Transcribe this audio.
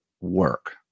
work